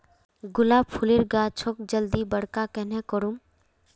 गुलाब फूलेर गाछोक जल्दी बड़का कन्हे करूम?